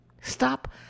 stop